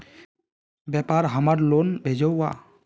व्यापार हमार लोन भेजुआ?